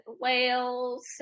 whales